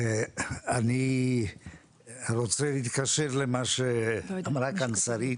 אני רוצה לומר משהו בהקשר למה שאמרה כאן שרי.